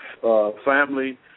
family